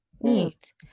Neat